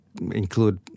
include